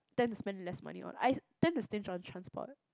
tend to spend less money on I tend to stinge on transport